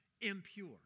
impure